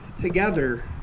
together